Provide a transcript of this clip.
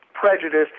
prejudice